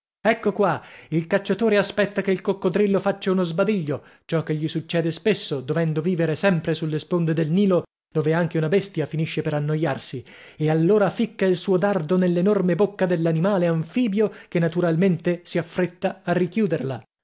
ecco qua il cacciatore aspetta che il coccodrillo faccia uno sbadiglio ciò che gli succede spesso dovendo vivere sempre sulle sponde del nilo dove anche una bestia finisce per annoiarsi e allora ficca il suo dardo nell'enorme bocca dell'animale anfibio che naturalmente si affretta a richiuderla